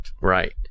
Right